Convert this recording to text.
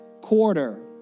quarter-